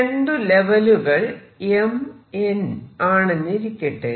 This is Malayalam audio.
രണ്ടു ലെവലുകൾ m n ആണെന്നിരിക്കട്ടെ